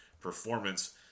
performance